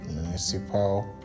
municipal